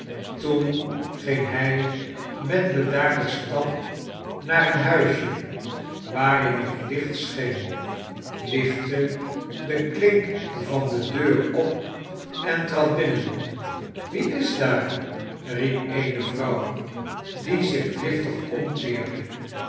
toen ging hij met bedaarder stap naar een huisje waarin nog licht scheen lichtte de klink van de deur op en trad binnen wie is daar riep eene vrouw die zich driftig omkeerde